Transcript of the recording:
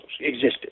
existed